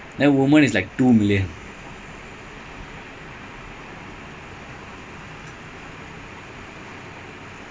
mm ya and and also difference because football world cup வந்து:vanthu around two billion people பார்க்குறாங்க:paarkkuraanga